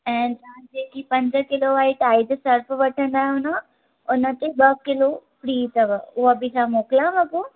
ऐं तव्हां जेकी पंज किलो वारी टाइड सर्फ वठंदा आहियो न उनते ॿ किलो फ्री अथव उहा बि छा मोकिलियांव पोइ